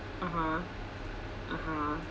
(uh huh) (uh huh)